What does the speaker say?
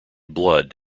blood